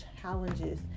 challenges